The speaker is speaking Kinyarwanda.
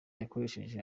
yakoresheje